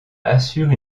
assure